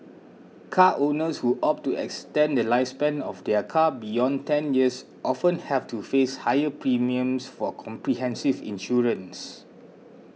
car owners who opt to extend the lifespan of their car beyond ten years often have to face higher premiums for comprehensive insurance